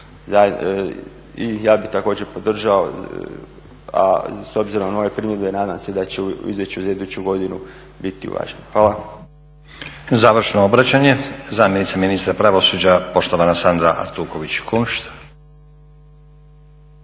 ja bi također podržao a s obzirom na ove primjedbe nadam se da će u izvješću za iduću godinu biti uvaženo. Hvala. **Stazić, Nenad (SDP)** Završno obraćanje zamjenica ministra pravosuđa poštovan Sandra Artuković Kunšt.